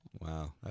Wow